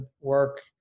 work